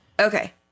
Okay